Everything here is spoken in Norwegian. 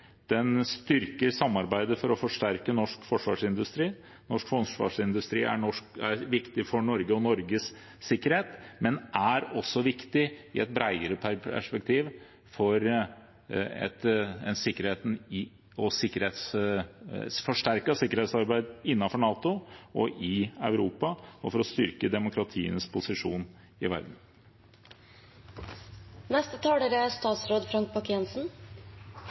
Den styrker samarbeidet for å forsterke norsk forsvarsindustri. Norsk forsvarsindustri er viktig for Norge og Norges sikkerhet, men er viktig også i et bredere perspektiv, for et forsterket sikkerhetsarbeid innenfor NATO og i Europa og for å styrke demokratienes posisjon i